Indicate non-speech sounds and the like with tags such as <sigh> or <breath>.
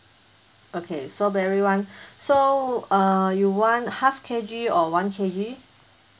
okay strawberry [one] <breath> so uh you want half K_G or one K_G